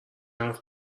حرف